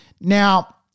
Now